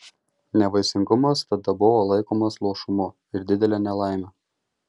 nevaisingumas tada buvo laikomas luošumu ir didele nelaime